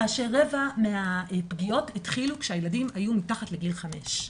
כאשר רבע מהפגיעות התחילו כשהילדים היו מתחת לגיל חמש.